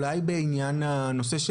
אולי בעניין הנושא,